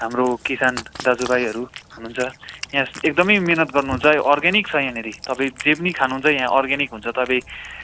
हाम्रो किसान दाजुभाइहरू हुनुहुन्छ यहाँ एकदमै मेहनत गर्नुहुन्छ अर्ग्यानिक छ यहाँनिर तपाईँ जे पनि खानुहुन्छ यहाँ अर्ग्यानिक हुन्छ तपाईँ